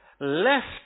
left